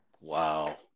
Wow